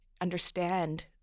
understand